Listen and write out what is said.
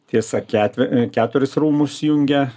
tiesa ketve keturis rūmus jungia